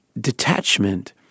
detachment